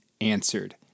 answered